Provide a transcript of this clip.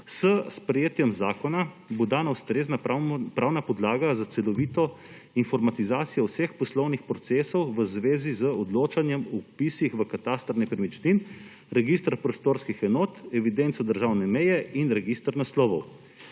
S sprejetjem zakona bo dana ustrezna pravna podlaga za celovito informatizacijo vseh poslovnih procesov v zvezi z odločanjem o vpisih v kataster nepremičnin, register prostorskih enot, evidenco državne meje in register naslovov.